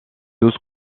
douze